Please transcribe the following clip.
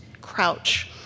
crouch